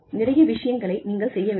நிறைய விஷயங்களை நீங்கள் செய்ய வேண்டும்